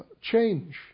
change